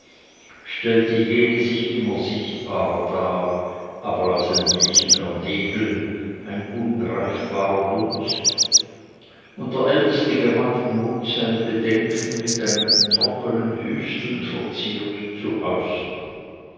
stellte jene sich immer sichtbarer dar aber als ein nichtiger nebel ein ungreifbarer dunst und der älteste gewann den mut seine bedenken mit einem trockenen hüsteln verziert zu